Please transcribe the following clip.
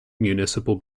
municipal